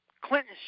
Clinton